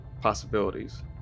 possibilities